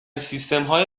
سیستمهای